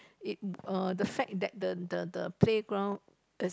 it uh the fact that the the the playground is